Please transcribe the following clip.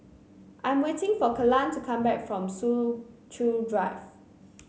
I am waiting for Kellan to come back from Soo Chow Drive